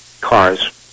cars